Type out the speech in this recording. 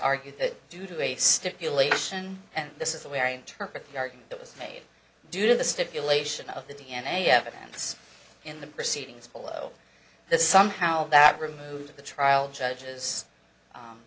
argued that due to a stipulation and this is the way i interpret the argument that was made due to the stipulation of the d n a evidence in the proceedings below this somehow that removed the trial judge's